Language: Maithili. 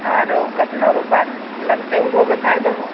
आरो केतना रूपैआ लगतो उहो बताय दहो